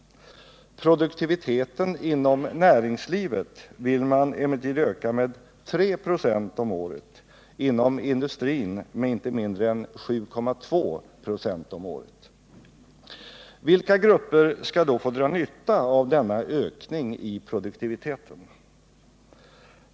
Produktiviteten inom näringslivet vill man emellertid öka med 3,0 26 om året och inom industrin med inte mindre än 7,2 96 om året. Vilka grupper skall då få dra nytta av denna ökning i produktiviteten?